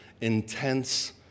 intense